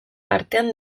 artean